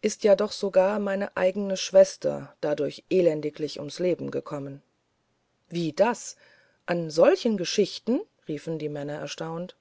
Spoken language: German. ist ja doch sogar meine eigene schwester dadurch elendiglich ums leben gekommen wie das an solchen geschichten riefen die männer erstaunt